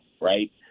right